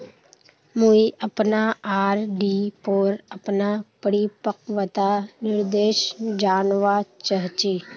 मुई अपना आर.डी पोर अपना परिपक्वता निर्देश जानवा चहची